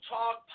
Talk